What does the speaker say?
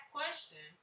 question